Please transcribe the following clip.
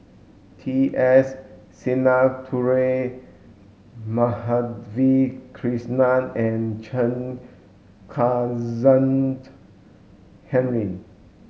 T S Sinnathuray Madhavi Krishnan and Chen Kezhan Henri